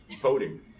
voting